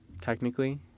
technically